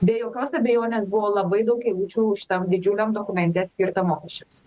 be jokios abejonės buvo labai daug eilučių šitam didžiuliam dokumente skirta mokesčiams